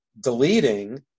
deleting